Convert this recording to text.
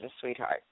sweetheart